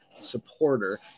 supporter